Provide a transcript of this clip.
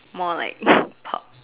more like pop